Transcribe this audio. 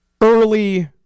Early